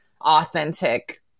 authentic